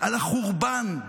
על החורבן.